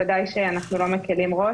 ודאי שאנחנו לא מקילים ראש.